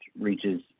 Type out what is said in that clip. reaches